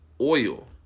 oil